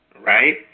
right